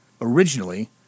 originally